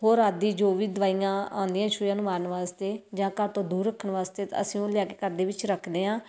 ਹੋਰ ਆਦੀ ਜੋ ਵੀ ਦਵਾਈਆਂ ਆਉਂਦੀਆਂ ਚੂਹਿਆਂ ਨੂੰ ਮਾਰਨ ਵਾਸਤੇ ਜਾਂ ਘਰ ਤੋਂ ਦੂਰ ਰੱਖਣ ਵਾਸਤੇ ਤਾਂ ਅਸੀਂ ਉਹਨੂੰ ਲਿਆ ਕੇ ਘਰ ਦੇ ਵਿੱਚ ਰੱਖਦੇ ਹਾਂ